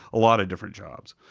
a lot of different jobs.